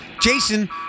Jason